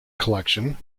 collection